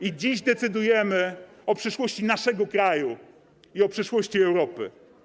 I dziś decydujemy o przyszłości naszego kraju i o przyszłości Europy.